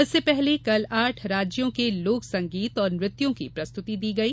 इससे पहले कल आठ राज्यों के लोक संगीत और नृत्यों की प्रस्तुति दी गई